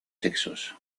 sexos